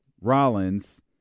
Rollins